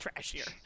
Trashier